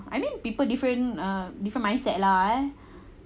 I mean people different err different mindset lah ah